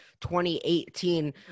2018